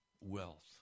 wealth